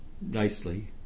nicely